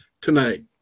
tonight